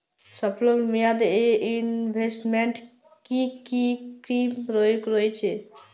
স্বল্পমেয়াদে এ ইনভেস্টমেন্ট কি কী স্কীম রয়েছে?